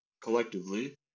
collectively